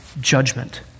judgment